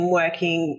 working